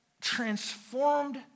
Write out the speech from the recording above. transformed